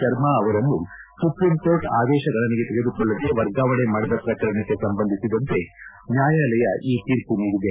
ಶರ್ಮಾ ಅವರನ್ನು ಸುಪ್ರೀಂಕೋರ್ಟ್ ಆದೇಶ ಗಣನೆಗೆ ತೆಗೆದುಕೊಳ್ಳದೆ ವರ್ಗಾವಣೆ ಮಾಡಿದ ಪ್ರಕರಣಕ್ಕೆ ಸಂಬಂಧಿಸಿದಂತೆ ನ್ಯಾಯಾಲಯ ಈ ತೀರ್ಮ ನೀಡಿದೆ